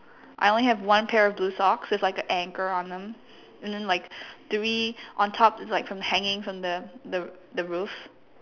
I only have one pair of blue socks there's like an anchor on them and then like three on top there's like from hanging from the the the roof